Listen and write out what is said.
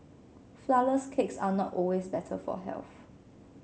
flourless cakes are not always better for health